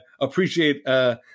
appreciate